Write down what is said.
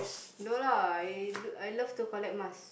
no lah I do I love to collect mask